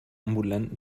ambulanten